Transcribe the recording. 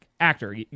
Actor